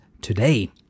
Today